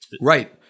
right